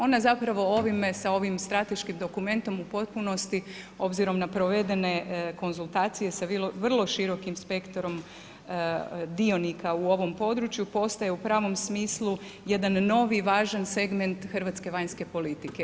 Ona zapravo ovime sa ovim strateškim dokumentom u potpunosti obzirom na provedene konzultacije sa vrlo širokim spektrom dionika u ovom području postaje u pravom smislu jedan novi, važan segment hrvatske vanjske politike.